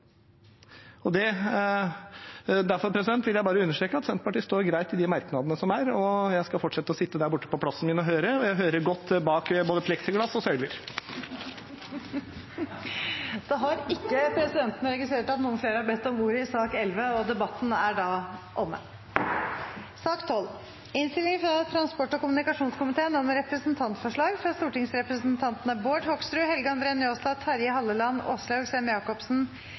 Derfor vil jeg bare understreke at Senterpartiet står greit i de merknadene som er. Jeg skal fortsette å sitte der borte på plassen min og høre, og jeg hører godt bak både pleksiglass og søyler. Flere har ikke bedt om ordet til sak nr. 11. Etter ønske fra transport- og kommunikasjonskomiteen vil presidenten ordne debatten slik: 3 minutter til hver partigruppe og